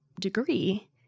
degree